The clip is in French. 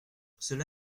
cela